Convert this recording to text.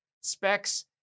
Specs